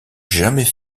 jamais